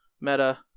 meta